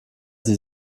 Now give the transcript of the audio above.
sie